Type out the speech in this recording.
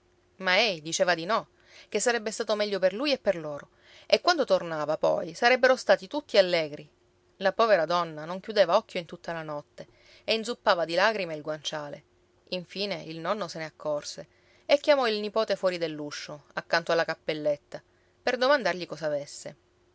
ma ei diceva di no che sarebbe stato meglio per lui e per loro e quando tornava poi sarebbero stati tutti allegri la povera donna non chiudeva occhio in tutta la notte e inzuppava di lagrime il guanciale infine il nonno se ne accorse e chiamò il nipote fuori dell'uscio accanto alla cappelletta per domandargli cosa avesse